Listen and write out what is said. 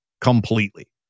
completely